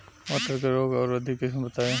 मटर के रोग अवरोधी किस्म बताई?